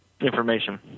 information